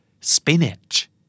Spinach